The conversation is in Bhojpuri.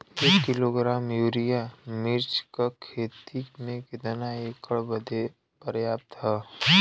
एक किलोग्राम यूरिया मिर्च क खेती में कितना एकड़ बदे पर्याप्त ह?